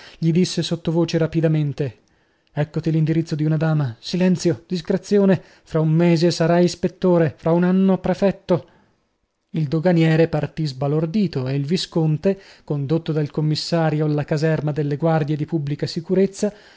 gli disse sottovoce rapidamente eccoti l'indirizzo di una dama silenzio discrezione fra un mese sarai ispettore fra un anno prefetto il doganiere partì sbalordito e il visconte condotto dal commissario alla caserma delle guardie di pubblica sicurezza